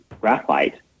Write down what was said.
graphite